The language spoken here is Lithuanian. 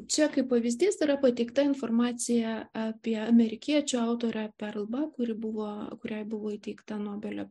čia kaip pavyzdys yra pateikta informacija apie amerikiečių autorę perlą kuri buvo kuriai buvo įteikta nobelio